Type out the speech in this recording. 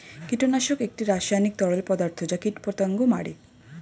কীটনাশক একটি রাসায়নিক তরল পদার্থ যা কীটপতঙ্গ মারে